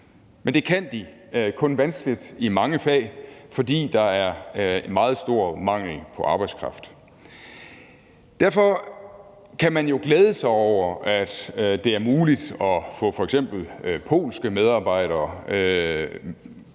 men det kan de kun vanskeligt i mange fag, fordi der er en meget stor mangel på arbejdskraft. Derfor kan man jo glæde sig over, at det er muligt at få f.eks. polske medarbejdere